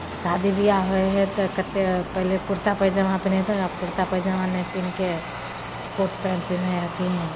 शादी विवाह होइ है तऽ कत्ते पहले कुर्ता पैजामा पहिनैत रहथिन आब कुर्ता पैजामा नहि पहिनके कोट पैन्ट पहिनै हेथिन